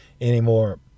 anymore